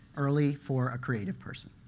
early for a creative person.